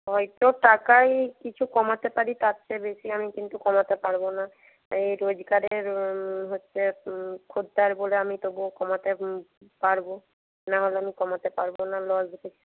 হয়তো টাকায় কিছু কমাতে পারি তার চেয়ে বেশি আমি কিন্তু কমাতে পারব না এই রোজগারের হচ্ছে খদ্দের বলে আমি তবুও কমাতে পারব না হলে আমি কমাতে পারব না লস রেখে